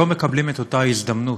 שלא מקבלים את אותה הזדמנות.